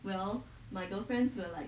well my girlfriends were like